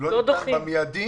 לא ניתן במיידי